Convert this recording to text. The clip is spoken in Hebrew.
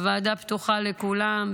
הוועדה פתוחה לכולם,